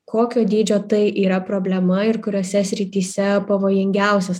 kokio dydžio tai yra problema ir kuriose srityse pavojingiausias